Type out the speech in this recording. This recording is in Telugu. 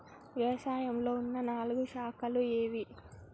వ్యవసాయంలో ఉన్న నాలుగు శాఖలు ఏవి?